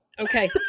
Okay